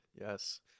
Yes